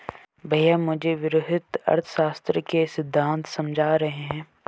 भैया मुझे वृहत अर्थशास्त्र के सिद्धांत समझा रहे हैं